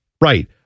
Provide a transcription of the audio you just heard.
Right